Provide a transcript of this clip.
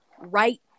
right